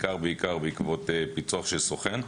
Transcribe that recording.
בעיקר בעקבות פיצוח של סוכן.